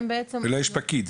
אלא יש פקיד.